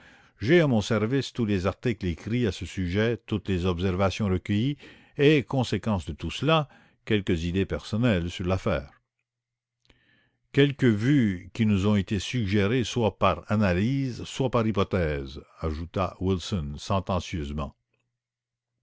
j'ai à mon service tous les articles écrits à ce sujet toutes les observations recueillies et conséquence de tout cela quelques idées personnelles quelques vues qui nous ont été suggérées soit par analyse soit par hypothèse ajouta wilson